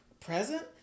present